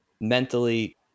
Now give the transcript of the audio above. mentally